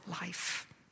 life